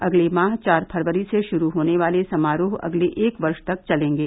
अगले माह चार फरवरी से शुरू होने वाले समारोह अगले एक वर्ष तक चलेंगे